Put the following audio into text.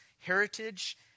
heritage